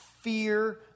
fear